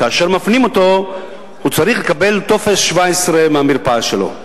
כאשר מפנים אותו הוא צריך לקבל טופס 17 מהמרפאה שלו.